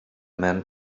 men